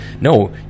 No